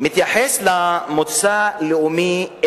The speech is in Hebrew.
עד עכשיו מתייחס למוצא לאומי-אתני